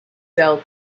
sell